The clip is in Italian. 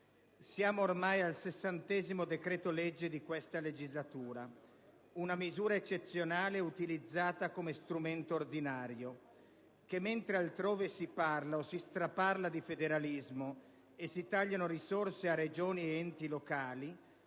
Siamo ormai al sessantesimo decreto-legge di questa legislatura: una misura eccezionale utilizzata come strumento ordinario, che, mentre altrove si parla o si straparla di federalismo e si tagliano risorse a Regioni ed enti locali,